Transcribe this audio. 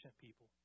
people